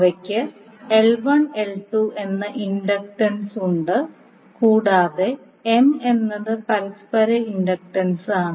അവയ്ക്ക് ഇൻഡക്റ്റൻസുകളുണ്ട് കൂടാതെ M എന്നത് പരസ്പര ഇൻഡക്റ്റൻസാണ്